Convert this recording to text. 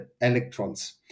electrons